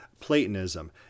Platonism